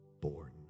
born